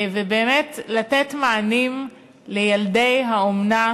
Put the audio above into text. ובאמת לתת מענים לילדי האומנה,